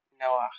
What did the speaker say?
Noah